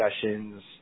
discussions